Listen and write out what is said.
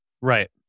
Right